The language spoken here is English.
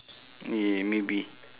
yeah maybe